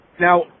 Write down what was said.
Now